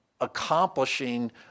accomplishing